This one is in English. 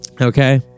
Okay